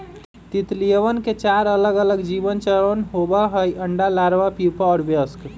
तितलियवन के चार अलगअलग जीवन चरण होबा हई अंडा, लार्वा, प्यूपा और वयस्क